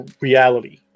reality